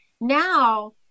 now